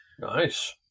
Nice